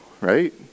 right